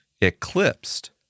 eclipsed